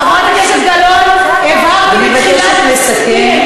חברת הכנסת גלאון, אני מבקשת לסכם.